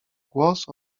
głos